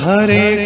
Hare